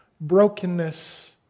brokenness